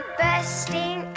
bursting